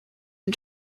and